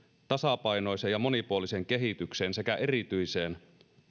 tasapainoiseen ja monipuoliseen kehitykseen sekä erityiseen